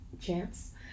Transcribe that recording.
Chance